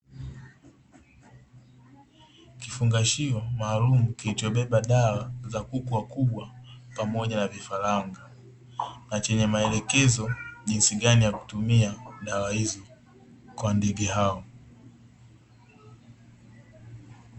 Kifungashio maalum kilichobeba dawa za kuku wakubwa pamoja na vifaranga, na chenye maelekezo jinsi gani ya kutumia dawa hizo kwa ndege hao.